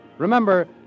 Remember